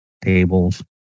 tables